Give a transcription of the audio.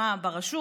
ברשות